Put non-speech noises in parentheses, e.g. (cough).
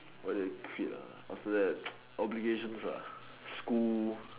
why did I quit ah after that (noise) obligations ah school